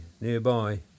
nearby